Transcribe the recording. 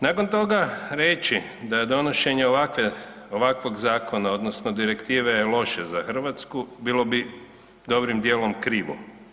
Nakon toga, reći da donošenje ovakvog zakona odnosno direktive je loše za Hrvatsku, bilo bi dobrim djelom krivo.